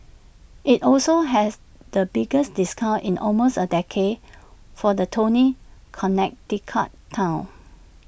IT also has the biggest discounts in almost A decade for the Tony Connecticut Town